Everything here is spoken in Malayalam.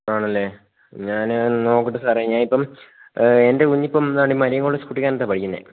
ആണല്ലേ ഞാന് നോക്കട്ടെ സാറേ ഞാനിപ്പം എൻ്റെ കുഞ്ഞിപ്പം ഇതാണ്ടെ മരിയൻ കോളേജ് കുട്ടികാനത്താണ് പഠിക്കുന്നത്